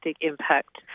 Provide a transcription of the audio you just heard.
impact